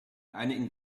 einigen